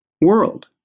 world